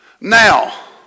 now